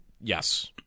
Yes